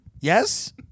Yes